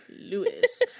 Lewis